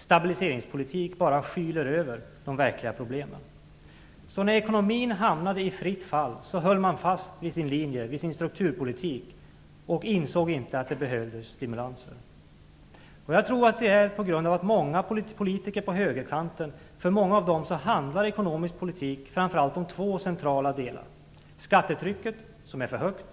Stabiliseringspolitiken skyler bara över de verkliga problemen. När ekonomin hamnade i fritt fall höll man fast vid sin strukturpolitik och insåg inte att det behövdes stimulanser. För många politiker på högerkanten handlar den ekonomiska politiken framför allt om två centrala delar: skattetrycket, som är för högt,